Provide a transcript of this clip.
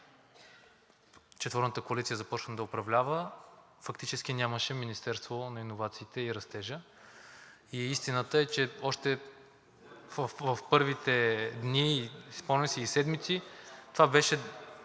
четворната коалиция започна да управлява, фактически нямаше Министерство на иновациите и растежа. Истината е, че още в първите дни, спомням си, и седмици даже